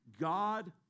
God